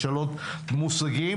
לפני שאני מתייחס ספציפית לנושא של החינוך,